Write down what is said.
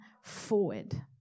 forward